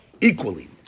equally